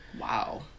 Wow